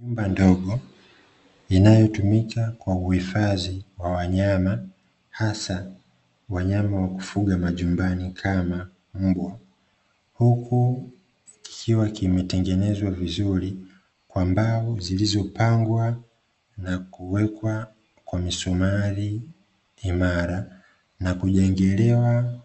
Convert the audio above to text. Nyumba ndogo inayotumika kwa uhifadhi wa wanyama, hasa wanyama wakufuga majumbani kama mbwa. Huku kikiwa kimetengenezwa vizuri, kwa mbao zilizopangwa na kuwekwa kwa misumari imara, na kujengewa